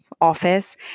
office